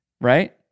Right